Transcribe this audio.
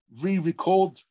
re-record